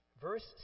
Verse